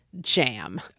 jam